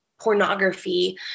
pornography